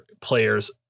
players